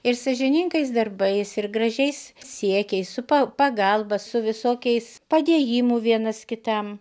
ir sąžiningais darbais ir gražiais siekiais su pa pagalba su visokiais padėjimu vienas kitam